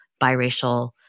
biracial